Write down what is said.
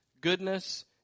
goodness